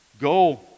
Go